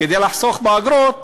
כדי לחסוך אגרות,